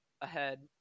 ahead